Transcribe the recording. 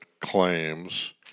claims